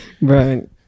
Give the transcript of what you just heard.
Right